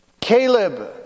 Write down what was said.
Caleb